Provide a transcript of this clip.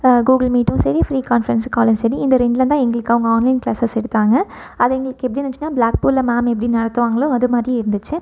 Google மீட்டும் சரி free conference காலும் சரி இந்த ரெண்டுலந்தான் எங்களுக்கு அவங்க ஆன்லைன் கிளாஸஸ் எடுத்தாங்க அது எங்களுக்கு எப்படி இருந்துச்சின்னா பிளாக் போர்டில் மேம் எப்படி நடத்துவாங்களோ அது மாரியே இருந்துச்சு